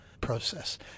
process